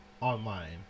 Online